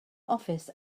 office